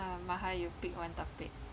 um maha you pick one topic